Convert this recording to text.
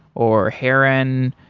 or heron,